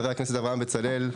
חבר הכנסת אברהם בצלאל,